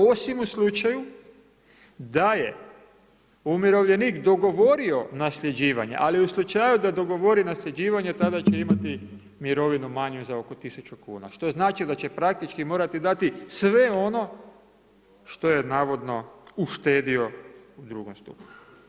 Osim u slučaju da je umirovljenik dogovorio nasljeđivanje, ali u slučaju dogovori nasljeđivanje tada će imati mirovinu manju za oko tisuću kuna, što znači da će praktički morati dati sve ono što je navodno uštedio u drugom stupu.